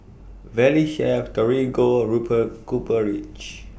Valley Chef Torigo Rupert Copper Ridge